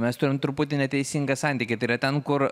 mes turim truputį neteisingą santykį tai yra ten kur